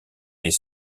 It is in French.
les